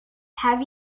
have